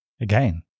Again